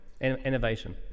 innovation